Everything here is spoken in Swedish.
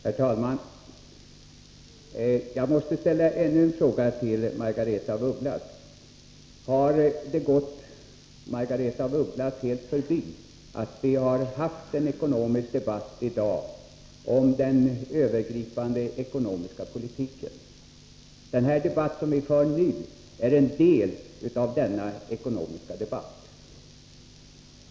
Herr talman! Jag måste ställa ännu en fråga till Margaretha af Ugglas: Har det gått Margaretha av Ugglas helt förbi att vi haft en debatt i dag om den övergripande ekonomiska politiken? Den debatt som vi nu för är en del av denna ekonomiska debatt.